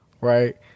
Right